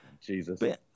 Jesus